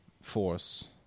force